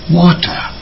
water